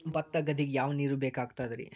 ಭತ್ತ ಗದ್ದಿಗ ಯಾವ ನೀರ್ ಬೇಕಾಗತದರೀ?